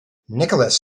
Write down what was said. nicholas